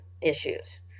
issues